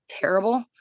terrible